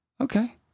Okay